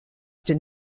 did